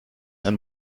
ein